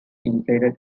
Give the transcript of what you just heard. inflated